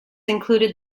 included